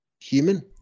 human